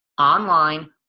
online